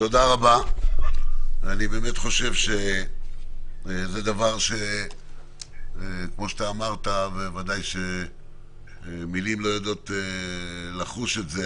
החובה שלנו